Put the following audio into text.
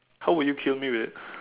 how would you kill me with